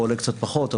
או עולה קצת פחות,